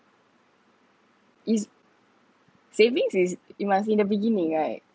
is savings is it must be in the beginning right